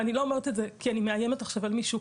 ואני לא אומרת את זה כי אני מאיימת עכשיו על מישהו.